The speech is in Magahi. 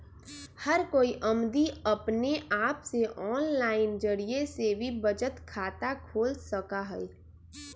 हर कोई अमदी अपने आप से आनलाइन जरिये से भी बचत खाता खोल सका हई